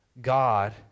God